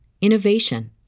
innovation